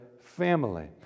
family